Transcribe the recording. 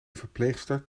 verpleegster